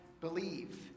believe